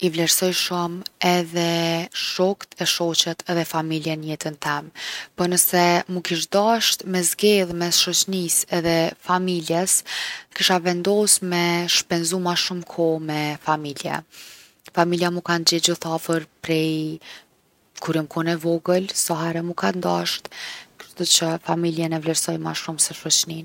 I vlerësoj shumë edhe shokët e shoqet edhe familjen n’jetën tem. Po nëse mu kish dasht me zgedh mes shoqnisë edhe familjes, kisha vendos me shpenzu ma shumë kohë me familjë. Familja mu kan gjetë gjithë afër prej kur jom kon e vogël, sahere mu kan dashtë, kshtuqë familjen e vlerësoj ma shumë se shoqninë.